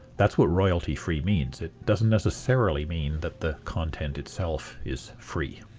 that's what royalty-free means it doesn't necessarily mean that the content itself is free.